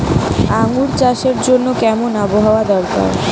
আঙ্গুর চাষের জন্য কেমন আবহাওয়া দরকার?